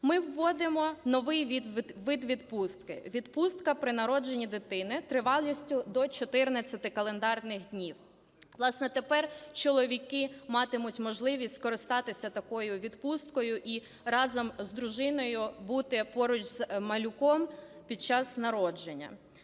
Ми вводимо новий вид відпустки – відпустка при народженні дитини тривалістю до 14 календарних днів. Власне, тепер чоловіки матимуть можливість скористатися такою відпусткою і разом з дружиною бути поруч з малюком під час народження.